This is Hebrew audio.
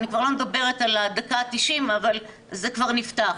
אני כבר לא מדברת על הדקה ה-90, אבל זה כבר נפתח.